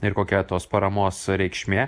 ir kokia tos paramos reikšmė